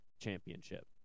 Championship